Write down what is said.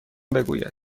بگوید